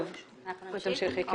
טוב, תמשיכי.